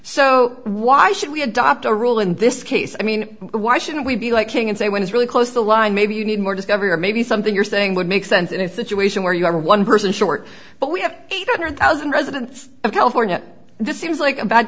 so why should we adopt a rule in this case i mean why shouldn't we be like king and say when it's really close the line maybe you need more discovery or maybe something you're saying would make sense and if the two asian where you are one person short but we have eight hundred thousand residents of california this seems like a bad